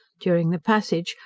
during the passage,